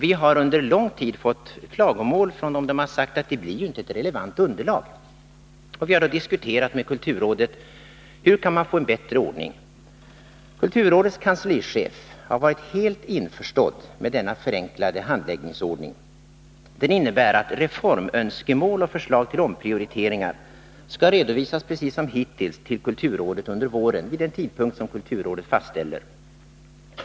Vi har under lång tid fått klagomål från dem där de har sagt att det inte blir något relevant underlag. Vi har då diskuterat med kulturrådet om hur man kan få en bättre ordning. Kulturrådets kanslichef har varit helt införstådd med denna förenklade handläggningsordning. Den innebär att reformönskemål och förslag till omprioriteringar skall redovisas precis som hittills till kulturrådet under våren, vid en tidpunkt som kulturrådet fastställer.